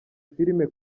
filime